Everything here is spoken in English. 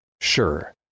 Sure